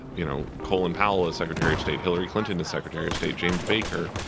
you know, colin powell as secretary of state, hillary clinton, the secretary of state, james baker.